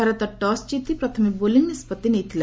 Bharat toss ଜିତି ପ୍ରଥମେ bowling ନିଷ୍କଭି ନେଇଥିଲା